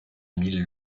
émile